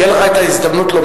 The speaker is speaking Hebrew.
תהיה לך הזדמנות לומר.